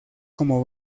como